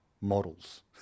models